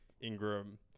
Ingram